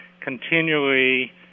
continually